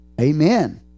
Amen